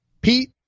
Pete